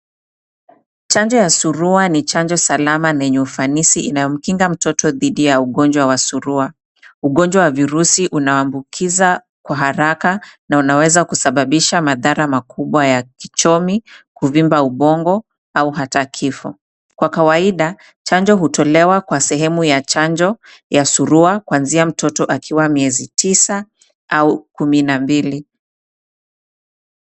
Chanja ya Suruwa ni chanjo salama na yenye ufanisi inayomkinga mtoto dhidi ya ugonjwa wa surua. Ugonjwa wa virusi unaambukiza kwa haraka na unaweza kusababisha madhara makubwa ya kichomi, kuvimba ubongo, au hata kifo. Kwa kawaida, chanjo hutolewa kwa sehemu ya chanjo, ya surua, kuanzia mtoto akiwa miezi 9 au 12.